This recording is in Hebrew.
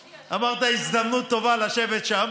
אמרת: הזדמנות טובה לשבת שם,